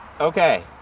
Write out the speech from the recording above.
okay